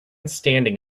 standing